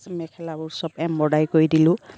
মেখেলাবোৰ চব এম্ব্ৰইডাৰী কৰি দিলোঁ